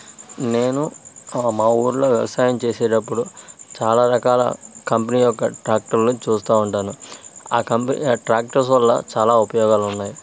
నేను ఆ మా ఊళ్ళో వ్యవసాయం చేసేటప్పుడు చాలా రకాల కంపెనీ యొక్క ట్రాక్టర్లను చుస్తు ఉంటాను ఆ కంపెనీ ఆ ట్రాక్టర్స్ వల్ల చాలా ఉపయోగాలు ఉన్నాయి